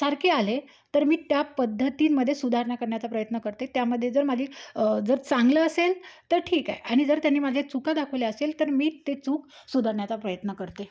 सारखे आले तर मी त्या पद्धतींमध्ये सुधारणा करण्याचा प्रयत्न करते त्यामध्ये जर माझी जर चांगलं असेल तर ठीक आहे आणि जर त्यांनी माझ्या चुका दाखवल्या असेल तर मी ते चूक सुधारण्याचा प्रयत्न करते